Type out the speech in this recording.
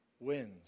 wins